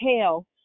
hell